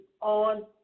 on